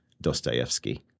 Dostoevsky